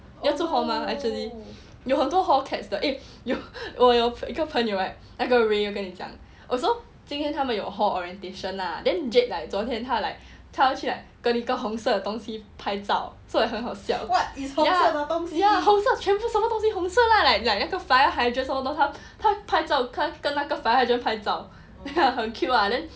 你要住 hall mah actually 有很多 hall cats 的 eh 我有一个朋友 right 那个 ray 我跟你讲 oh so 今天他们有 hall orientation lah then jade like 昨天他 like 他去 like 跟一个红色的东西拍照 so like 很好笑 ya ya 红色全部东西红色 lah like like 那个 fire hydrants all those 他拍照他跟那个 fire hydrant 拍照 很 cute lah then